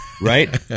right